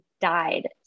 died